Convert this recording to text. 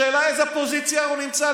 השאלה היא באיזו פוזיציה הוא נמצא,